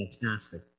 fantastic